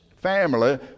Family